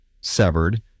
severed